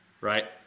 Right